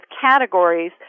categories